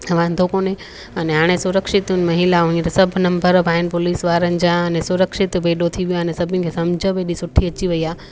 वांदो कोने अने हाणे सुरक्षित महिलाऊं हीअं त सभु नंबर बि आहिनि पुलिस वारनि जा अने सुरक्षित बि हेॾो थी वियो आहे न सभिनी खे समुझ बि हेॾी सुठी अची वेई आहे